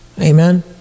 Amen